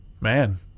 man